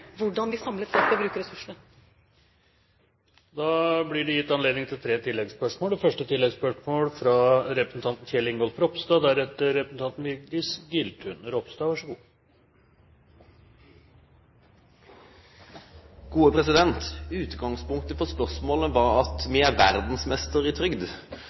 hvordan vi samlet sett skal bruke ressursene. Det blir gitt anledning til tre oppfølgingsspørsmål – først representanten Kjell Ingolf Ropstad. Utgangspunktet for spørsmålet var at vi er verdensmester i trygd.